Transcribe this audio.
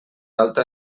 alta